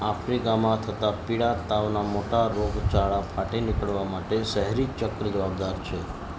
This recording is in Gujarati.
આફ્રિકામાં થતા પીળા તાવના મોટા રોગચાળા ફાટી નીકળવા માટે શહેરી ચક્ર જવાબદાર છે